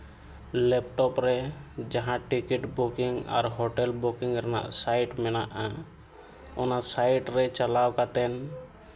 laptop ᱨᱮ ᱡᱟᱦᱟᱸ ticket booking ᱟᱨ ᱦᱳᱴᱮᱹᱞ ᱵᱩᱠᱤᱝ ᱨᱮᱱᱟᱝ ᱥᱟᱭᱤᱰ ᱢᱮᱱᱟᱜᱼᱟ ᱚᱱᱟ ᱥᱟᱭᱤᱰ ᱨᱮ ᱪᱟᱞᱟᱣ ᱠᱟᱛᱮᱫ